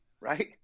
right